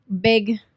big